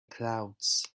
clouds